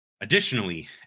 Additionally